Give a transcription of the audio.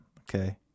okay